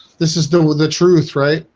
this is done with the truth. right?